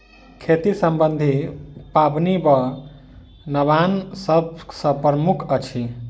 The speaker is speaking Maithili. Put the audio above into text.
खेती सम्बन्धी पाबनि मे नवान्न सभ सॅ प्रमुख अछि